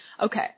okay